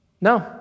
No